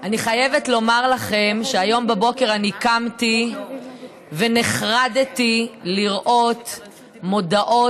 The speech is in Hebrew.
אני חייבת לומר לכם שהיום בבוקר אני קמתי ונחרדתי לראות מודעות